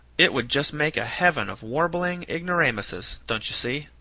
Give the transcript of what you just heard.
it would just make a heaven of warbling ignoramuses, don't you see?